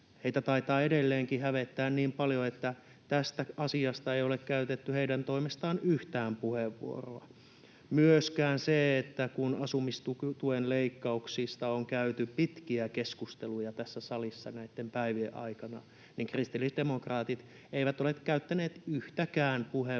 Heitä taitaa edelleenkin hävettää niin paljon, että tästä asiasta ei ole käytetty heidän toimestaan yhtään puheenvuoroa. Myöskään asumistuen leikkauksista, kun niistä on käyty pitkiä keskusteluja tässä salissa näitten päivien aikana, kristillisdemokraatit eivät ole käyttäneet yhtäkään puheenvuoroa.